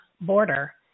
border